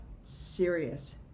serious